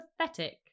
pathetic